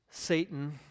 Satan